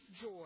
joy